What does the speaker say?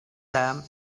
them